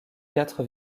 quatre